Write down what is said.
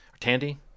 Tandy